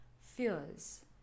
fears